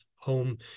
home